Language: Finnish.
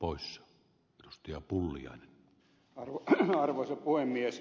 oys r us ja uljaan avaruuteen arvoisa puhemies